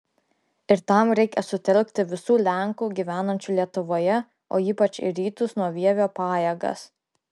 ir tam reikia sutelkti visų lenkų gyvenančių lietuvoje o ypač į rytus nuo vievio pajėgas